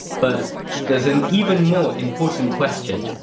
but there's an even more important question